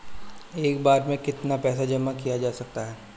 एक बार में कितना पैसा जमा किया जा सकता है?